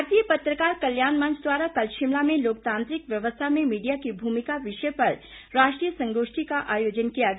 भारतीय पत्रकार कल्याण मंच द्वारा कल शिमला में लोकतांत्रिक व्यवस्था में मीडिया की भूमिका विषय पर राष्ट्रीय संगोष्ठी का आयोजन किया गया